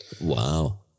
Wow